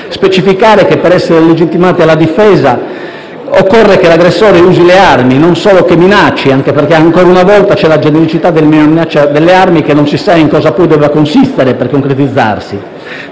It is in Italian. specificare che per essere legittimati alla difesa occorre che l'aggressore usi le armi, non solo che minacci, anche perché ancora una volta c'è la genericità della minaccia delle armi che non si sa in cosa poi debba consistere per concretizzarsi;